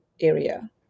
area